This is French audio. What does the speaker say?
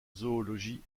zoologie